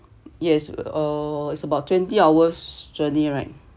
yes uh it's about twenty hours journey right